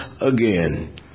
again